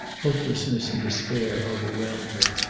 hopelessness and despair overwhelmed her.